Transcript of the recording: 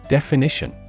Definition